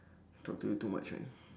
talk to you too much man